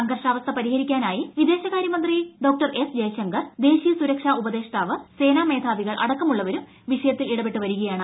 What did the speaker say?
സംഘർഷാവസ്ഥ പരിഹരിക്കാനായി വിദേശകാര്യമന്ത്രി എസ് ജയശങ്കർ ദേശീയ സുരക്ഷാ ഉപദേഷ്ടാവ് സേനാമേധാവികൾ അടക്കമുള്ളവരും വിഷയത്തിൽ ഇടപെട്ട് വരികയാണ്